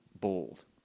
bold